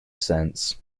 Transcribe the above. cents